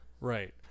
right